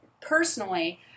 personally